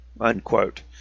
unquote